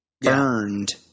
burned